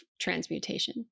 transmutation